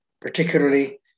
Particularly